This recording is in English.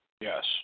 Yes